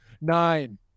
Nine